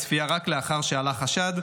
את הצפייה רק לאחר שעלה חשד,